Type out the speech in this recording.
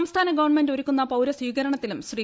സംസ്ഥാന ഗവൺമെന്റ് ഒരുക്കുന്ന പൌര്യ സ്വീകരണത്തിലും ശ്രീ